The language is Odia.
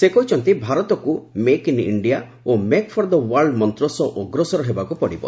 ସେ କହିଛନ୍ତି ଭାରତକୁ ମେକ୍ ଇନ୍ ଇଣ୍ଡିଆ ଓ ମେକ୍ ଫର ଦ ୱାର୍ଲଡ ମନ୍ତ୍ର ସହ ଅଗ୍ରସର ହେବାକୁ ପଡ଼ିବ